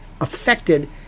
affected